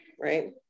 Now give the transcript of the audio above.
right